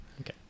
Okay